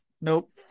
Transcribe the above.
Nope